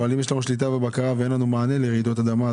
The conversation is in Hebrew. אבל אם יש לנו שליטה ובקרה ואין לנו מענה לרעידות אדמה,